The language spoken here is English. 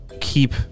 keep